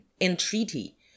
entreaty